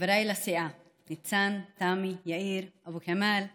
חבריי לסיעה ניצן, תמי, יאיר, אבו כאמל ומוסי,